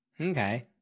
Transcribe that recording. Okay